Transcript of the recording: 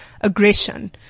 Aggression